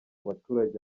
baturage